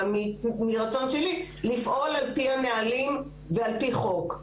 אלא מרצון שלי לפעול על פי הנהלים ועל פי חוק.